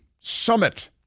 summit